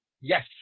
Yes